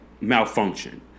malfunction